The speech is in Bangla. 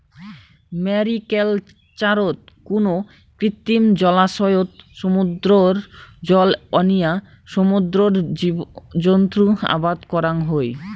ম্যারিকালচারত কুনো কৃত্রিম জলাশয়ত সমুদ্রর জল আনিয়া সমুদ্রর জীবজন্তু আবাদ করাং হই